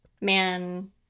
man